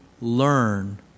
learn